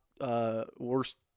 worst